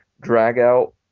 drag-out